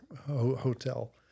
hotel